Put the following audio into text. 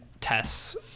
tests